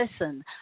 listen